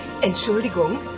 Entschuldigung